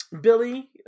Billy